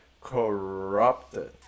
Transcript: corrupted